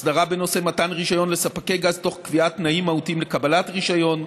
הסדרה בנושא מתן רישיון לספקי גז תוך קביעת תנאים מהותיים לקבלת רישיון,